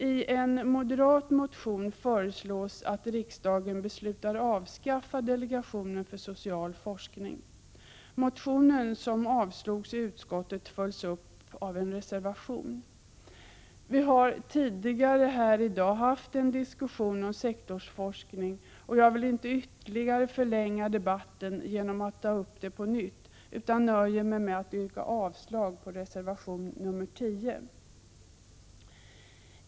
I en moderat motion föreslås att riksdagen beslutar avskaffa delegationen för social forskning. Motionen, som avstyrktes i utskottet, följs upp i en reservation. Vi har tidigare i dag haft en diskussion om sektorsforskning, och jag vill inte ytterligare förlänga debatten genom att ta upp det på nytt, utan nöjer mig med att yrka avslag på reservation nr 10.